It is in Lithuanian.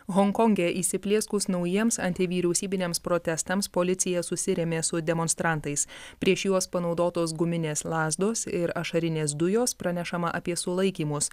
honkonge įsiplieskus naujiems antivyriausybiniams protestams policija susirėmė su demonstrantais prieš juos panaudotos guminės lazdos ir ašarinės dujos pranešama apie sulaikymus